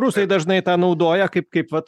rusai dažnai tą naudoja kaip kaip vat